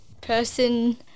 person